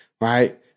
right